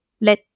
let